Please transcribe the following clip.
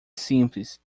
simples